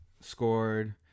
scored